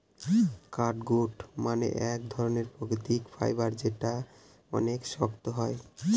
catgut মানে এক ধরনের প্রাকৃতিক ফাইবার যেটা অনেক শক্ত হয়